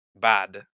bad